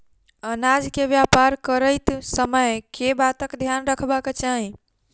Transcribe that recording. अनाज केँ व्यापार करैत समय केँ बातक ध्यान रखबाक चाहि?